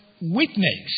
witness